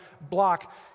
Block